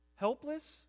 Helpless